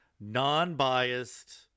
non-biased